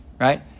right